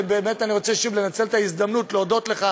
ובאמת, אני רוצה שוב לנצל את ההזדמנות להודות לך